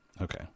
okay